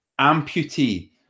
amputee